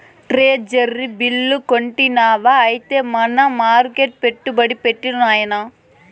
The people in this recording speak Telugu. ట్రెజరీ బిల్లు కొంటివా ఐతే మనీ మర్కెట్ల పెట్టుబడి పెట్టిరా నాయనా